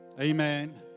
Amen